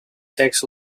takes